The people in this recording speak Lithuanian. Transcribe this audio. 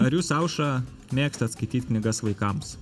ar jūs aušra mėgstat skaityt knygas vaikams